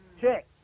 Check